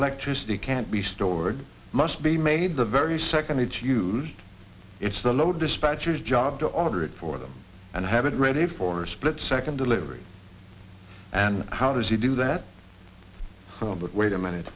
electricity can't be stored must be made the very second it's used it's the low dispatchers job to order it for them and have it ready for a split second delivery and how does he do that but wait a minute